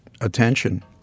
attention